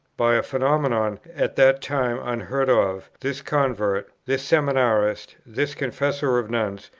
by a phenomenon, at that time unheard of, this convert, this seminarist, this confessor of nuns,